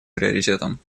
приоритетом